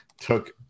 took